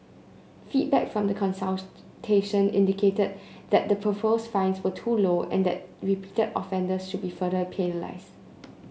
feedback from the consultation indicated that the proposed fines were too low and that repeated offences should be further penalised